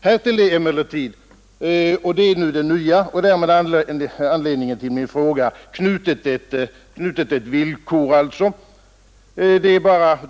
Härtill är emellertid knutet ett villkor — och det är det nya som varit anledning till min fråga.